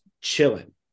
chilling